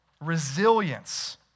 resilience